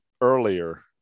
earlier